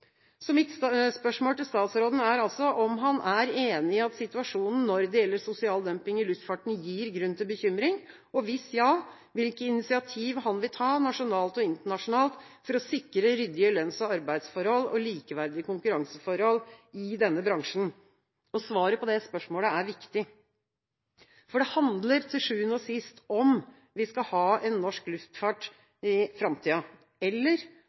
Mitt spørsmål til statsråden er om han er enig i at situasjonen når det gjelder sosial dumping i luftfarten, gir grunn til bekymring, og hvis ja, hvilke initiativ han vil ta – nasjonalt og internasjonalt – for å sikre ryddige lønns- og arbeidsforhold og likeverdige konkurranseforhold i denne bransjen. Svaret på det spørsmålet er viktig, for det handler til sjuende og sist om hvorvidt vi skal ha en norsk luftfartsnæring i framtida, eller